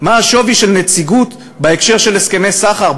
מה השווי של נציגות בהקשר של הסכמי סחר,